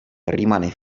rimane